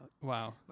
Wow